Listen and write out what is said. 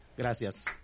Gracias